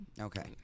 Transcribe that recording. Okay